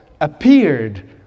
appeared